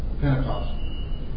Pentecost